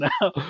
now